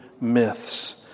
myths